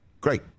Great